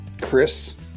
Chris